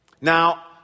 Now